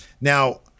now